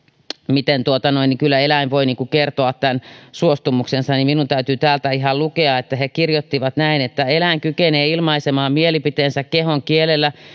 miten kyllä eläin voi kertoa suostumuksensa minun täytyy täältä ihan lukea he kirjoittivat näin eläin kykenee ilmaisemaan mielipiteensä kehonkielellä